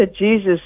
Jesus